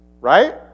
Right